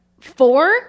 four